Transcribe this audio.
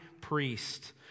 priest